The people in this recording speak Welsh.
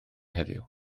heddiw